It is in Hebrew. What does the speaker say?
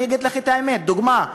אני אגיד לך את האמת: לדוגמה,